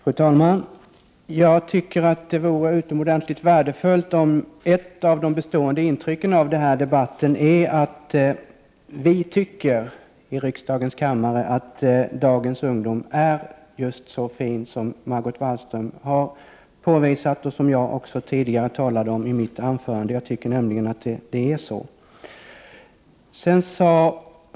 Fru talman! Jag tycker att det vore utomordentligt värdefullt om ett av de bestående intrycken av debatten blir att vi i riksdagens kammare tycker att dagens ungdom är just så fin som Margot Wallström har påvisat och som jag också tidigare talade om i mitt anförande. Jag tycker nämligen att det är så.